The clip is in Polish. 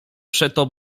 przeto